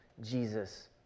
Jesus